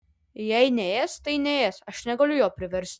jei neės tai neės aš negaliu jo priversti